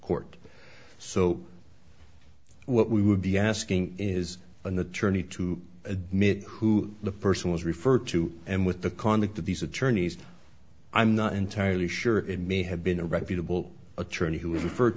court so what we would be asking is an attorney to admit who the person was referred to and with the conduct of these attorneys i'm not entirely sure it may have been a reputable attorney who was referred